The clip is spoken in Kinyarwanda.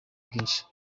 bwinshi